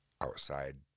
outside